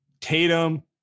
Tatum